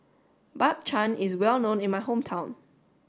Bak Chang is well known in my hometown